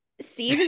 see